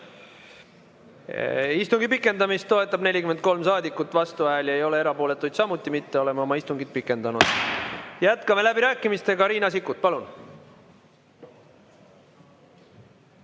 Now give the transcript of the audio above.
Istungi pikendamist toetab 43 saadikut, vastuhääli ei ole, erapooletuid samuti mitte. Oleme oma istungit pikendanud. Jätkame läbirääkimisi. Riina Sikkut, palun!